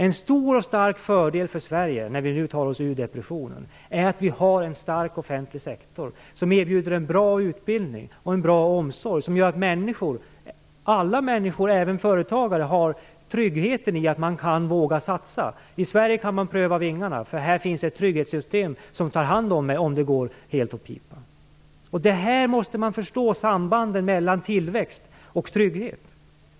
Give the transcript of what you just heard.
En stor fördel för Sverige när vi nu tar oss ur depressionen är att vi har en stark offentlig sektor som erbjuder en bra utbildning och en bra omsorg, och som gör att alla människor - även företagare - har tryggheten att våga satsa. I Sverige kan man pröva vingarna, för här finns det ett trygghetssystem som tar hand om en om det går helt åt pipan. Man måste förstå sambandet mellan tillväxt och trygghet.